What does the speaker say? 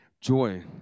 joy